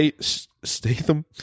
Statham